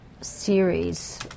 series